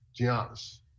Giannis